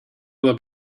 other